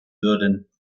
würden